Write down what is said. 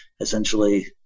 essentially